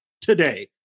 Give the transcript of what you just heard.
today